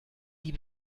die